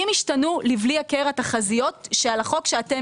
אם ישתנו לבלי הכר התחזיות על החוק שאתם